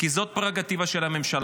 כי זאת פררוגטיבה של הממשלה.